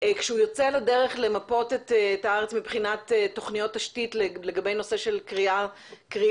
כשהוא יוצא לדרך למפות את הארץ מבחינת תכניות תשתית לגבי נושא של כרייה,